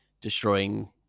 destroying